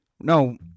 no